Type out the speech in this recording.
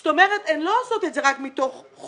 זאת אומרת, הן לא עושות את זה רק מתוך חובה,